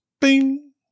Bing